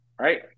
right